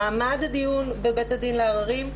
במעמד הדיון בבית הדין לעררים,